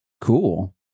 cool